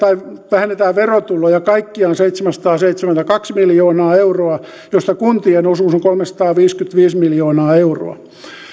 vähennetään verotuloja kaikkiaan seitsemänsataaseitsemänkymmentäkaksi miljoonaa euroa joista kuntien osuus on kolmesataaviisikymmentäviisi miljoonaa euroa